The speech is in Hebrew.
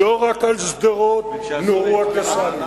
לא רק על שדרות נורו ה"קסאמים",